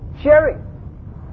sharing